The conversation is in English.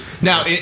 Now